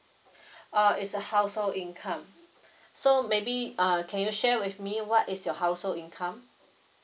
uh is a household income so maybe err can you share with me what is your household income